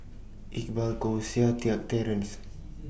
Iqbal Koh Seng Kiat Terence